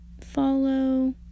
follow